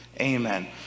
amen